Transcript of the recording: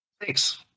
Thanks